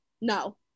No